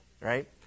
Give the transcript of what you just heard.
right